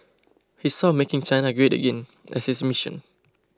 he saw making China great again as his mission